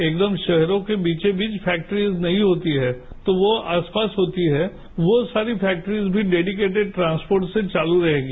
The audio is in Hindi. एकदम शहरों के बीचोंबीच फैक्ट्रीज नहीं होती है तो वो आसपास होती है वो सारी फैक्ट्रीज भी डेडीकेटेड ट्रांसपोर्ट से चालू रहेगी